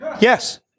Yes